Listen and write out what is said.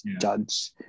judge